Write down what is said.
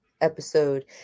Episode